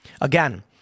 Again